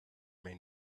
may